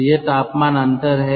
तो यह तापमान अंतर है